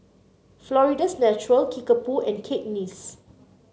Florida's Natural Kickapoo and Cakenis